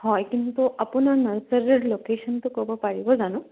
হয় কিন্তু আপোনাৰ নাৰ্চাৰীৰ ল'কেশ্য়নটো ক'ব পাৰিব জানো